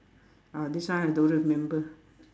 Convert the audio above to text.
ah this one I don't remember